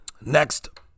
Next